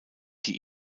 die